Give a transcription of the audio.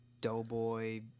doughboy